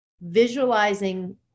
visualizing